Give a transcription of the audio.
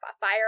fire